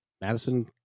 Madison